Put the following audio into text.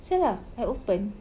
!siala! I open